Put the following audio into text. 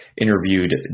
interviewed